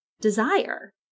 desire